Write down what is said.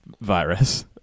virus